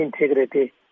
integrity